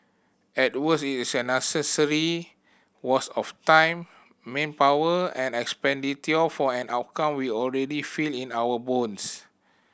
at worst it's an unnecessary worst of time manpower and expenditure for an outcome we already feel in our bones